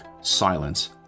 Silence